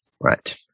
Right